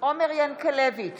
עומר ינקלביץ'